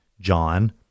John